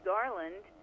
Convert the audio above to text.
Garland